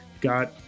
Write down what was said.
got